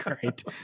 great